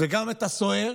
וגם את הסוהר,